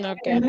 Okay